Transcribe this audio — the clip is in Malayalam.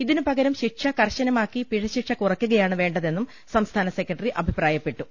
ഇതിനുപകരം ശിക്ഷകർശനമാക്കി പിഴശിക്ഷ കുറയ്ക്കു കയാണ് വേണ്ടതെന്നും സംസ്ഥാന സെക്രട്ടറി അഭിപ്രായ പ്പെട്ടു